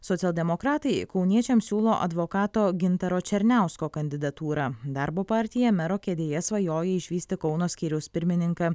socialdemokratai kauniečiams siūlo advokato gintaro černiausko kandidatūrą darbo partija mero kėdėje svajoja išvysti kauno skyriaus pirmininką